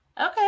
okay